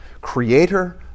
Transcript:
creator